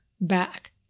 back